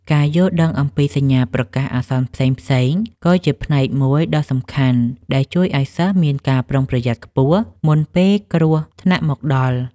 ការយល់ដឹងអំពីសញ្ញាប្រកាសអាសន្នផ្សេងៗ ក៏ជាផ្នែកមួយដ៏សំខាន់ដែលជួយឱ្យសិស្សមានការប្រុងប្រយ័ត្នខ្ពស់មុនពេលគ្រោះថ្នាក់មកដល់។